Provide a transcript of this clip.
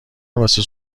واسه